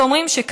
זה אומר שכנראה,